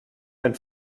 ein